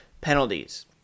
penalties